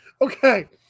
Okay